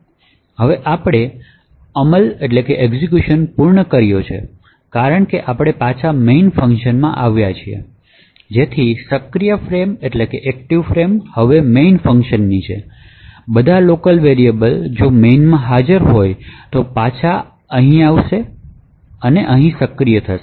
હવે આપણે અમલ પૂર્ણ કરી છે અને કારણ કે આપણે પાછા મેઇન ફંકશન માં આવ્યા છિએ જેથી સક્રિય ફ્રેમ હવે મેઇન ફંકશનની છે બધા લોકલ વેરિયબ્લે જો મેઇનમાં હાજર હોય તો પાછા આવશે અને અહીં સક્રિય થશે